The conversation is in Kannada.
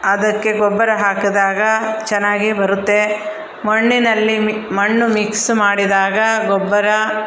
ಅದಕ್ಕೆ ಗೊಬ್ಬರ ಹಾಕಿದಾಗ ಚೆನ್ನಾಗಿ ಬರುತ್ತೆ ಮಣ್ಣಿನಲ್ಲಿ ಮಣ್ಣು ಮಿಕ್ಸ್ ಮಾಡಿದಾಗ ಗೊಬ್ಬರ